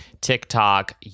TikTok